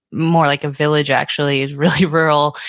more like a village actually, is really rural,